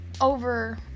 over